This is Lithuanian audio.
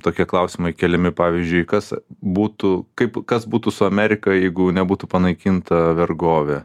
tokie klausimai keliami pavyzdžiui kas būtų kaip kas būtų su amerika jeigu nebūtų panaikinta vergovė